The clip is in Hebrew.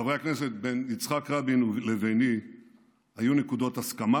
חברי הכנסת, בין יצחק רבין לביני היו נקודות הסכמה